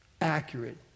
accurate